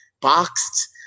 Boxed